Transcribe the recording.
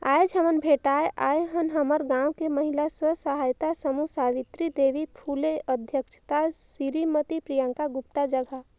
आयज हमन भेटाय आय हन हमर गांव के महिला स्व सहायता समूह सवित्री देवी फूले अध्यक्छता सिरीमती प्रियंका गुप्ता जघा